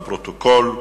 לפרוטוקול.